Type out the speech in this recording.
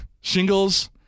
Shingles